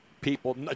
people